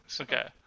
Okay